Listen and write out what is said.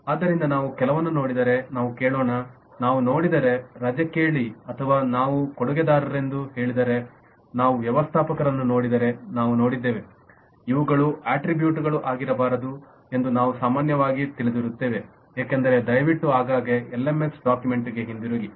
ಆದ್ದರಿಂದ ನಾವು ಕೆಲವನ್ನು ನೋಡಿದರೆ ನಾವು ಹೇಳೋಣ ನಾವು ನೋಡಿದರೆ ರಜೆ ಹೇಳಿ ಅಥವಾ ನಾವು ಕೊಡುಗೆದಾರರೆಂದು ಹೇಳಿದರೆ ನಾವು ವ್ಯವಸ್ಥಾಪಕರನ್ನು ನೋಡಿದರೆ ನಾವು ನೋಡಿದ್ದೇವೆ ಇವುಗಳು ಅಟ್ರಿಬ್ಯೂಟ್ಗಳು ಆಗಿರಬಾರದು ಎಂದು ನಾವು ಸಾಮಾನ್ಯವಾಗಿ ತಿಳಿದಿರುತ್ತೇವೆ ಏಕೆಂದರೆ ದಯವಿಟ್ಟು ಆಗಾಗ್ಗೆ ಎಲ್ಎಂಎಸ್ ಡಾಕ್ಯುಮೆಂಟ್ಗೆ ಹಿಂತಿರುಗಿ